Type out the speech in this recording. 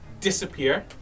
disappear